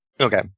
Okay